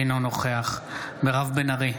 אינו נוכח מירב בן ארי,